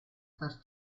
far